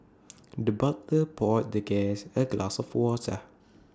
the butler poured the guest A glass of water